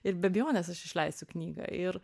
ir be abejonės aš išleisiu knygą ir